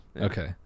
Okay